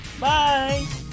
Bye